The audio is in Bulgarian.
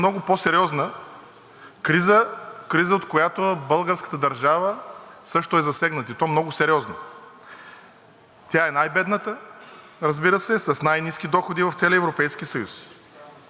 Тя е най-бедната, разбира се, с най-ниски доходи в целия Европейски съюз. И това даде отражение върху всички отрасли в нашия живот – икономически, социални, политически и така нататък.